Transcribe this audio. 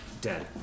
Dead